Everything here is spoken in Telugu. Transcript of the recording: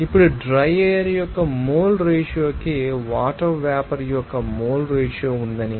ఇప్పుడు డ్రై ఎయిర్ యొక్క మోల్ రేషియో కి వాటర్ వేపర్ యొక్క మోల్ రేషియో ఉందని